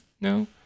no